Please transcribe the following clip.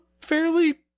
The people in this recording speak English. fairly